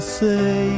say